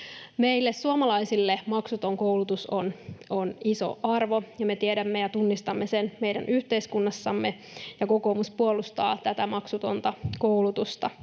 Meille suomalaisille maksuton koulutus on iso arvo, ja me tiedämme ja tunnistamme sen meidän yhteiskunnassamme, ja kokoomus puolustaa tätä maksutonta koulutusta.